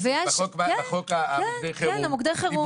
חוק מוקדי חירום,